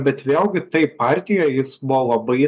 bet vėlgi taip partijoj jis buvo labai